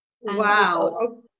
Wow